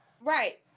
Right